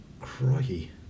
Crikey